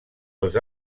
els